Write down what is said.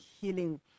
healing